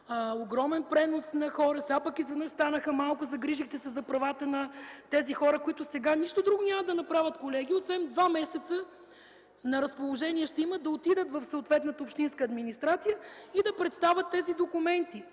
огромен пренос на хора, сега пък изведнъж станаха малко. Загрижихте се за правата на тези хора, които сега нищо друго няма да направят, колеги, освен да отидат в съответната общинска администрация и да представят тези документи,